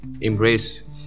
embrace